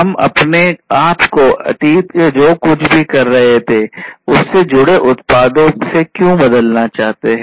हम अपने आप को अतीत में जो कुछ भी कर रहे थे उससे जुड़े उत्पादों से क्यों बदलना चाहते हैं